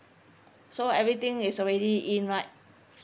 so everything is already in right